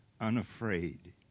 unafraid